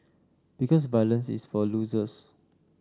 because violence is for losers